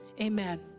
amen